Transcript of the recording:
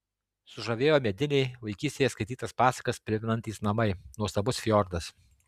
sužavėjo mediniai vaikystėje skaitytas pasakas primenantys namai nuostabus fjordas